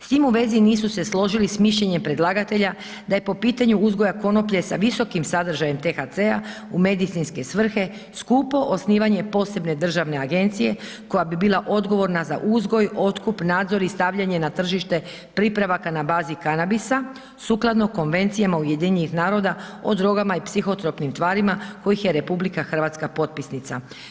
S tim u vezi nisu se složili s mišljenjem predlagatelja da je po pitanju uzgoja konoplje sa visokim sadržajem THC-a u medicinske svrhe skupo osnivanje posebne državne agencije koja bi bila odgovorna za uzgoj, otkup, nadzor i stavljanje na tržište pripravaka na bazi kanabisa, sukladno konvencijama UN-a o drogama i psihotropnim tvarima kojih je RH potpisnica.